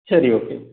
சரி ஓகே